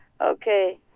Okay